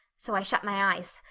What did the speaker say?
so i shut my eyes.